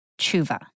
tshuva